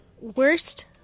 worst